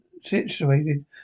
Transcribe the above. situated